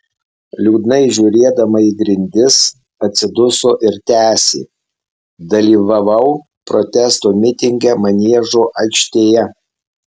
liūdnai žiūrėdama į grindis atsiduso ir tęsė dalyvavau protesto mitinge maniežo aikštėje